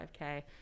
5K